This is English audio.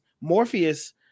Morpheus